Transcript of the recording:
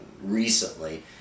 recently